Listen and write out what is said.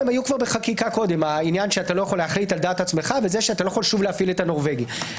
להגיע איתם להסכמות כמה שיותר רחבות כי אני חושב שהם חשובים.